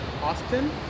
Austin